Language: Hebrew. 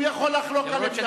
אני מתיימר להיות כמוהו,